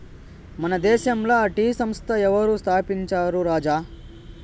మన దేశంల టీ సంస్థ ఎవరు స్థాపించారు రాజా